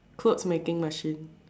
clothes making machine